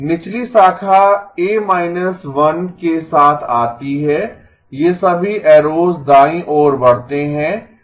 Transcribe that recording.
निचली शाखा a−1 के साथ आती है ये सभी एरोस दाईं ओर बढ़ते हैं